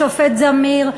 השופט זמיר,